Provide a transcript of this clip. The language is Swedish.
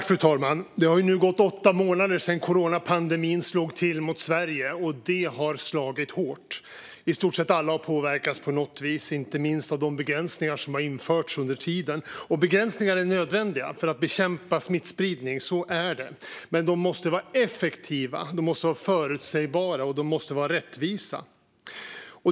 Fru talman! Det har gått åtta månader sedan coronapandemin slog till mot Sverige, och den har slagit hårt. I stort sett alla har påverkats på något vis, inte minst av de begräsningar som har införts under tiden. Begränsningar är nödvändiga för att bekämpa smittspridning, så är det. Men de måste vara effektiva, förutsägbara och rättvisa.